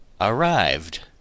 Arrived